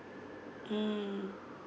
mm